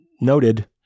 noted